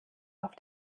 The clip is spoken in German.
auf